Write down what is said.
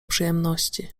przyjemności